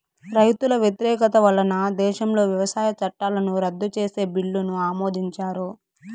రైతుల వ్యతిరేకత వలన దేశంలో వ్యవసాయ చట్టాలను రద్దు చేసే బిల్లును ఆమోదించారు